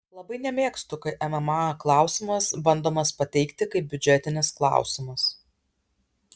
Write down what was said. labai nemėgstu kai mma klausimas bandomas pateikti kaip biudžetinis klausimas